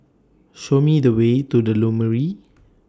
Show Me The Way to The Lumiere